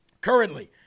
Currently